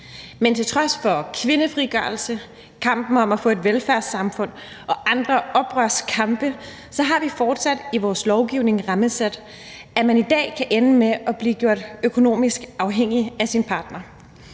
Men til trods for kvindefrigørelse, kampen om at få et velfærdssamfund og andre oprørskampe har vi fortsat i vores lovgivning rammesat, at man i dag kan ende med at blive gjort økonomisk afhængig af sin partner.